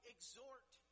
Exhort